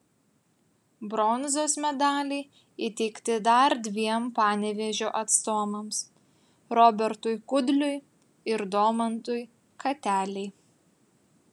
bronzos medaliai įteikti dar dviem panevėžio atstovams robertui kudliui ir domantui katelei